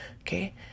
okay